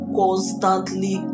constantly